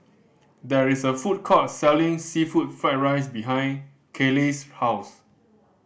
there is a food court selling seafood fried rice behind Kayleigh's house